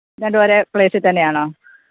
രണ്ടും ഒരേ പ്ലേസിത്തന്നെയാണോ